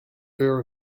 fear